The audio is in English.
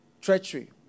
treachery